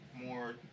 more